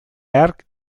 hark